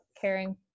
caring